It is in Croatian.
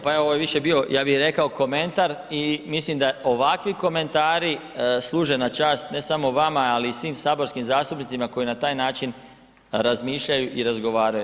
Pa evo ovo je više bio ja bih rekao komentar i mislim da ovakvi komentari služe na čast ne samo vama ali i svim saborskim zastupnicima koji na taj način razmišljaju i razgovaraju.